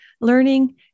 learning